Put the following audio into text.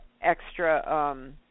extra